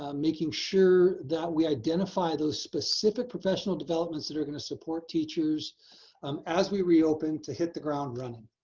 um making sure that we identify those specific professional developments that are gonna support teachers um as we reopen to hit the ground running.